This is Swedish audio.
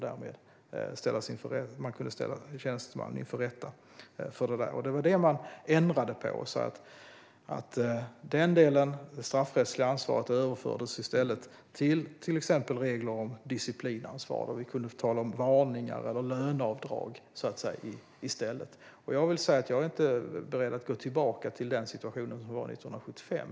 Därmed kunde tjänstemän ställas inför rätta för dessa. Det var detta man ändrade på. Den delen, det straffrättsliga ansvaret, överfördes i stället till exempelvis regler om disciplinansvar. Det kunde då bli fråga om varningar eller löneavdrag. Jag är inte beredd att gå tillbaka till den situation som rådde före 1975.